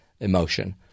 emotion